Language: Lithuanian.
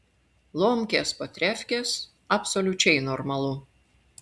lomkės po trefkės absoliučiai normalu